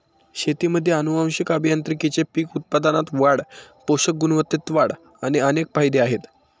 शेतीमध्ये आनुवंशिक अभियांत्रिकीचे पीक उत्पादनात वाढ, पोषक गुणवत्तेत वाढ असे अनेक फायदे आहेत